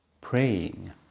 praying